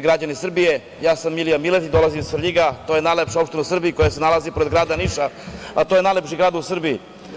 građani Srbije, ja sam Milija Miletić i dolazim iz Svrljiga a to je najlepša opština u Srbiji, koja se nalazi pored grada Niša, a to je najlepši grad u Srbiji.